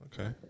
Okay